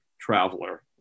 traveler